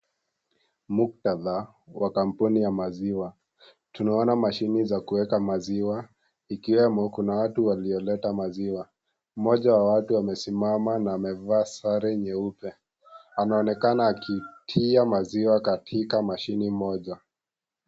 Muktadha wa kampuni ya maziwa, tunaona mashini za kuweka maziwa ikiwemo kuna watu walioleta maziwa, mmoja wa watu amesimama na amevaa sare nyeupe, anaonekana akitia maziwa katika mashini moja.